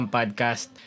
Podcast